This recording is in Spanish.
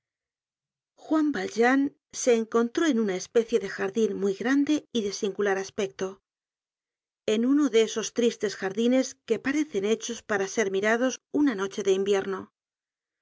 juan valjean se encontró en una especie de jardin muy grande y de singular aspecto en uno de esos tristes jardines que parecen hechos para ser mirados una noche de invierno